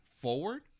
forward